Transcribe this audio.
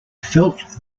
felt